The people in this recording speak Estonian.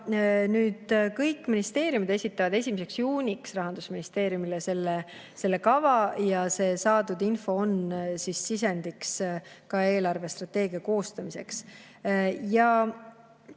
kord. Kõik ministeeriumid esitavad 1. juuniks Rahandusministeeriumile selle kava ja see info on sisendiks ka eelarvestrateegia koostamisel.